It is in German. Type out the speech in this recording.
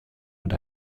und